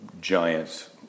Giants